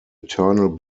eternal